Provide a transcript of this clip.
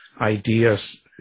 ideas